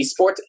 esports